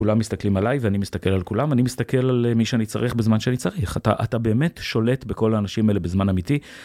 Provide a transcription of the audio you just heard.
כולם מסתכלים עליי ואני מסתכל על כולם, אני מסתכל על מי שאני צריך בזמן שאני צריך. אתה אתה באמת שולט בכל האנשים האלה בזמן אמיתי.